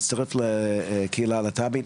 להצטרף לקהילה הלהט"בית,